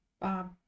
Bob